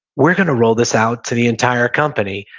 we're going to roll this out to the entire company,